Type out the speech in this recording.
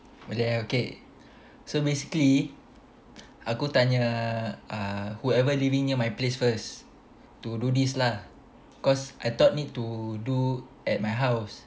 boleh eh okay so basically aku tanya uh whoever living at my place first to do this lah cause I thought need to do at my house